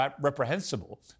reprehensible